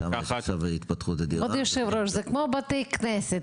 זה כמו בתי כנסת.